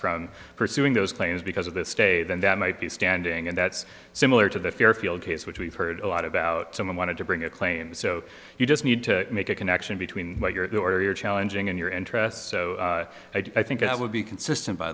from pursuing those claims because of this stay then that might be standing and that's similar to the fairfield case which we've heard a lot about someone wanted to bring a claim so you just need to make a connection between your challenging and your interests so i think that would be consistent by